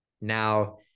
Now